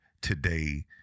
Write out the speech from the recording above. today